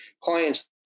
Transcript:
clients